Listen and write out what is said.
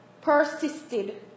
persisted